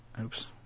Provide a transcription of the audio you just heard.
Oops